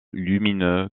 lumineux